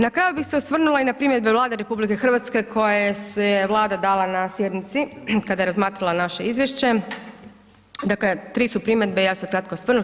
Na kraju bih se osvrnula i na primjedbe Vlade RH koje je Vlada dala na sjednici kada je razmatrala naše izvješće, dakle tri su primjedbe, ja ću se kratko osvrnuti.